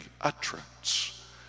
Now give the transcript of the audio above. utterance